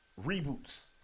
reboots